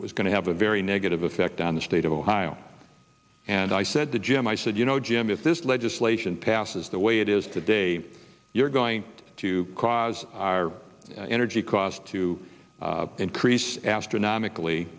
was going to have a very negative effect on the state of ohio and i said to jim i said you know jim if this legislation passes the way it is today you're going to cause our energy costs to increase astronomically